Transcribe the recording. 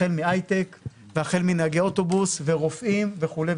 החל מהייטק והחל מנהגי אוטובוס ורופאים וכו'.